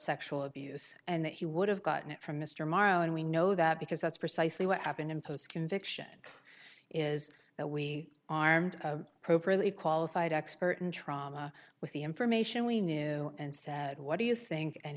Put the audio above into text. sexual abuse and that he would have gotten it from mr morrow and we know that because that's precisely what happened in post conviction is that we armed properly qualified expert in trauma with the information we knew and said what do you think and